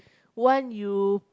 one you